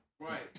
Right